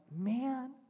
man